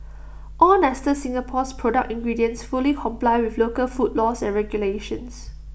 all nestle Singapore's product ingredients fully comply with local food laws and regulations